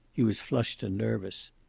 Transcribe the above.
he was flushed and nervous.